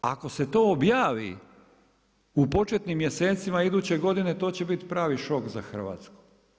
Ako se to objavi, u početnim mjesecima iduće godine, to će biti pravi šok za Hrvatsku.